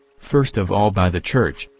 first of all by the church,